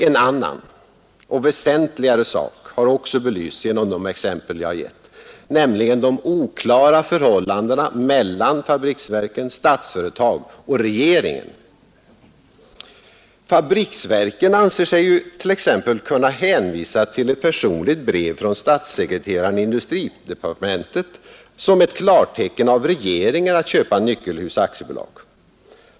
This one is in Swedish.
En annan — och väsentligare — sak har också belysts genom de exempel som jag har gett, nämligen de oklara förhållandena mellan fabriksverken, Statsföretag och regeringen. Fabriksverken anser sig t.ex. kunna hänvisa till ett personligt brev från statssekreteraren i industridepartementet som ett klartecken av regeringen att köpa Nyckelhus AB.